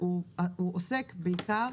הוא עוסק בעיקר